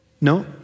No